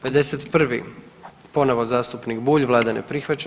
51. ponovo zastupnik Bulj, vlada ne prihvaća.